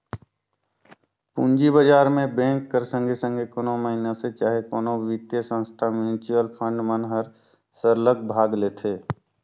पूंजी बजार में बेंक कर संघे संघे कोनो मइनसे चहे कोनो बित्तीय संस्था, म्युचुअल फंड मन हर सरलग भाग लेथे